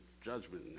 judgment